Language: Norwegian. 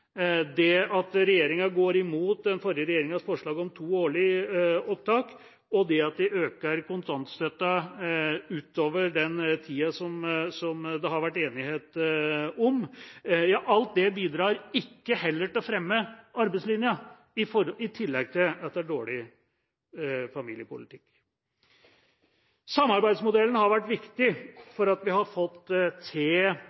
det at regjeringa går imot den forrige regjeringas forslag om to årlige opptak, og det at de øker kontantstøtten utover den tida det har vært enighet om, heller ikke bidrar til å fremme arbeidslinja. I tillegg er det dårlig familiepolitikk. Samarbeidsmodellen har vært viktig